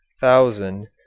thousand